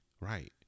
Right